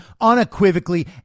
unequivocally